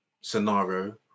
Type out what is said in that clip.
scenario